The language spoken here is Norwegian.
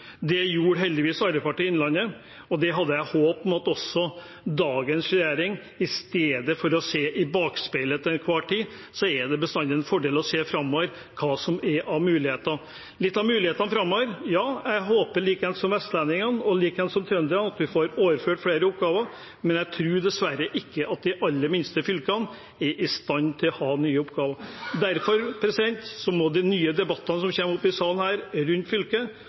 Det gjorde heldigvis Arbeiderpartiet i Innlandet, og det hadde jeg et håp om også for dagens regjering. I stedet for å se i bakspeilet til enhver tid er det bestandig en fordel å se framover på hva som er av muligheter. Litt om mulighetene framover: Jeg håper, på samme måte som vestlendingene og som trønderne, at vi får overført flere oppgaver, men jeg tror dessverre ikke at de aller minste fylkene er i stand til å ha nye oppgaver. Derfor må de nye debattene rundt fylke som kommer i denne sal, handle om hvorvidt vi fortsatt skal ha generalistprinsippet i